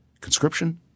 conscription